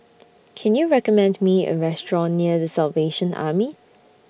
Can YOU recommend Me A Restaurant near The Salvation Army